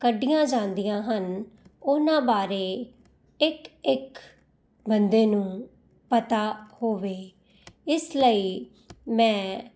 ਕੱਢੀਆਂ ਜਾਂਦੀਆਂ ਹਨ ਉਹਨਾਂ ਬਾਰੇ ਇੱਕ ਇੱਕ ਬੰਦੇ ਨੂੰ ਪਤਾ ਹੋਵੇ ਇਸ ਲਈ ਮੈਂ